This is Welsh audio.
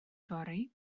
yfory